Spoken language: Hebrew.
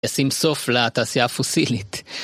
לשים סוף להתעשייה הפוסילית